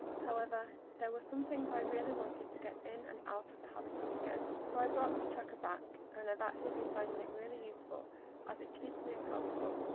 however, there were some things i really wanted to get in and out of the habit of of again, so i brought this tracker back, and i've actually been finding it really useful as it keeps me accountable.